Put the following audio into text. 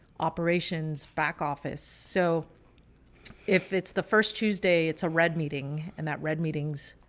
operations back office. so if it's the first tuesday, it's a red meeting in that red meetings,